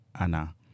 Anna